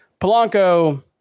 Polanco